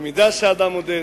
במידה שאדם מודד,